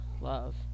love